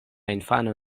infano